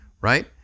right